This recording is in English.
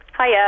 Hiya